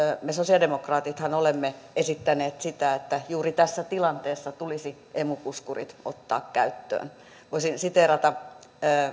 me sosialidemokraatithan olemme esittäneet sitä että juuri tässä tilanteessa tulisi emu puskurit ottaa käyttöön voisin siteerata